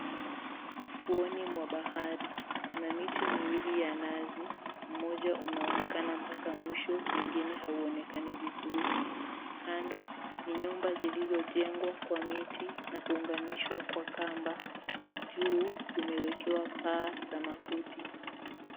Ufuoni mwa bahari kuna miti miwili ya nazi. Mmoja unaonekana mpaka mwisho mwingine hauonekani vizuri. Kando ni nyumba zilizojengwa kwa miti na kuunganishwa kwa kamba. Juu zimewekewa paa za makuti.